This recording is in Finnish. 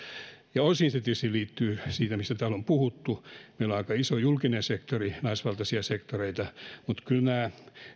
ja osin se tietysti liittyy siihen mistä täällä on puhuttu että meillä on aika iso julkinen sektori naisvaltaisia sektoreita mutta kyllä nämä